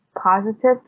positive